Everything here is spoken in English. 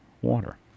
water